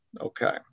Okay